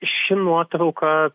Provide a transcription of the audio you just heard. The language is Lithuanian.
ši nuotrauka